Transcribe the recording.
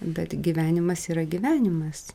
bet gyvenimas yra gyvenimas